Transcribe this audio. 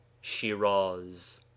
Shiraz